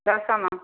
ଦଶମ